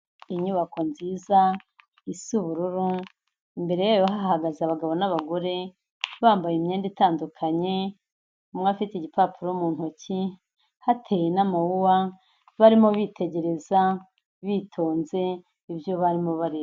Inyubako nziza isa ubururu, imbere yayo hahagaze abagabo n'abagore, bambaye imyenda itandukanye, umwe afite igipapuro mu ntoki, hateye n'amawuwa, barimo bitegereza, bitonze ibyo barimo bareba.